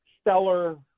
stellar